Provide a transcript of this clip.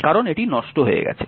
কারণ এটি নষ্ট হয়ে গেছে